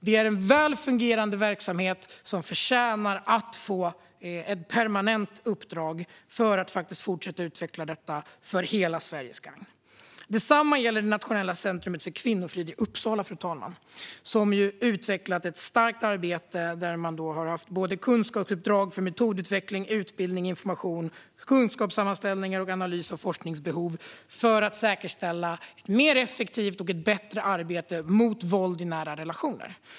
Det är en väl fungerande verksamhet som förtjänar att få ett permanent uppdrag för att kunna fortsätta utveckla detta till gagn för hela Sverige. Detsamma gäller Nationellt centrum för kvinnofrid i Uppsala, fru talman, som utvecklat ett starkt arbete med kunskapsuppdrag, metodutveckling, utbildning, information, kunskapssammanställningar och analys av forskningsbehov, för att säkerställa ett mer effektivt och bättre arbete mot våld i nära relationer.